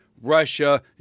Russia